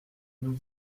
nous